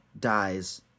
dies